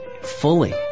fully